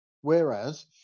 Whereas